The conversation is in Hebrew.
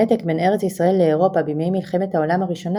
הנתק בין ארץ ישראל לאירופה בימי מלחמת העולם הראשונה